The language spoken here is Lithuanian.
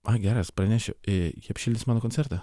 ai geras pranešiu ji apšildys mano koncertą